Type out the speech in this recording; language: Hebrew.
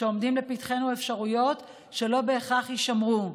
עומדות לפתחנו אפשרויות שלא בהכרח יישמרו,